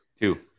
Two